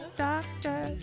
doctor